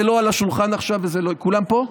זה לא על השולחן עכשיו וזה לא, כולם פה?